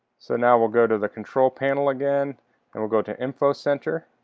so now we'll go to the control panel again and we'll go to info center